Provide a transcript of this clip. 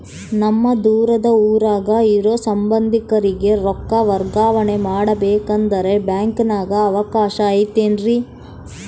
ನಮ್ಮ ದೂರದ ಊರಾಗ ಇರೋ ಸಂಬಂಧಿಕರಿಗೆ ರೊಕ್ಕ ವರ್ಗಾವಣೆ ಮಾಡಬೇಕೆಂದರೆ ಬ್ಯಾಂಕಿನಾಗೆ ಅವಕಾಶ ಐತೇನ್ರಿ?